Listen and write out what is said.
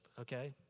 okay